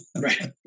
Right